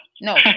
No